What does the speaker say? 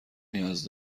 نیاز